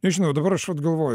nežinau dabar aš vat galvoju